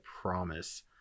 promise